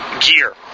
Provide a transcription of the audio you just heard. gear